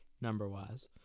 Number-wise